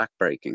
backbreaking